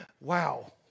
Wow